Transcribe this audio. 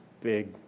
big